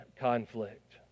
conflict